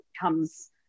comes